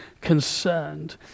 concerned